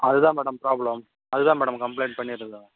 அதுதான் madam problem அதுதான் madam complaint பண்ணியிருந்தோம்